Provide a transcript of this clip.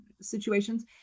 situations